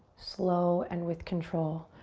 slow and with control,